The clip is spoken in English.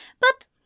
But